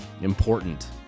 important